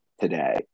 today